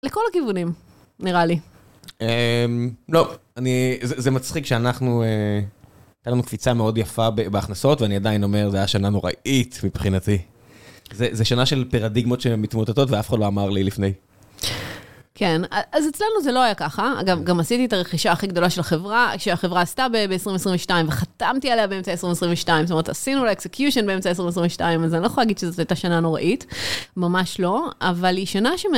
לכל הכיוונים, נראה לי. לא. זה מצחיק שאנחנו... הייתה לנו קפיצה מאוד יפה בהכנסות, ואני עדיין אומר, זה היה שנה נוראית מבחינתי. זה שנה של פרדיגמות שמתמוטטות, ואף אחד לא אמר לי לפני. כן, אז אצלנו זה לא היה ככה. אגב, גם עשיתי את הרכישה הכי גדולה של החברה, שהחברה עשתה ב-2022, וחתמתי עליה באמצע 2022. זאת אומרת, עשינו לה execution באמצע 2022, אז אני לא יכולה להגיד שזו הייתה שנה נוראית, ממש לא, אבל היא שנה ש...